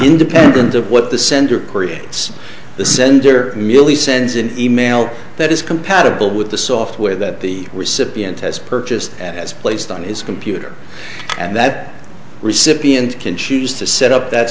independent of what the sender creates the sender merely sends an email that is compatible with the software that the recipient has purchased as placed on his computer and that recipient can choose to set up that